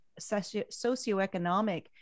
socioeconomic